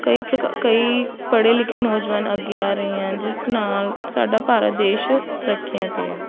ਕਈ ਪ੍ਰਕਾਰ ਕਈ ਪੜ੍ਹੇ ਲਿਖੇ ਨੋਜਵਾਨ ਅੱਗੇ ਆ ਰਹੇ ਹਨ ਜਿਸ ਨਾਲ ਸਾਡਾ ਭਾਰਤ ਦੇਸ਼ ਤਰੱਕੀਆਂ 'ਤੇ ਹੈ